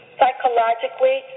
psychologically